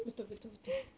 betul betul betul